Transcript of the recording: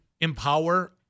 empower